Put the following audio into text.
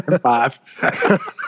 Five